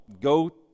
go